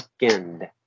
weekend